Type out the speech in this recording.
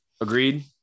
Agreed